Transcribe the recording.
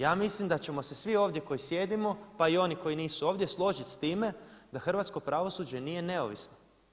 Ja mislim da ćemo se svi ovdje koji sjedimo pa i oni koji nisu ovdje složiti s time da hrvatsko pravosuđe nije neovisno.